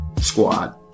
squad